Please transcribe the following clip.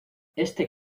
este